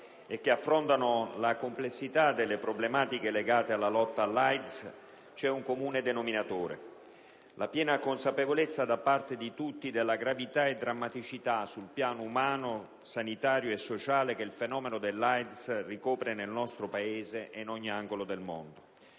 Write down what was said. che affrontano la complessità delle problematiche legate alla lotta all'AIDS, c'è un comune denominatore: la piena consapevolezza da parte di tutti della gravità e drammaticità, sul piano umano, sanitario e sociale, che il fenomeno dell'AIDS ricopre nel nostro Paese e in ogni angolo del mondo.